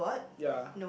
ya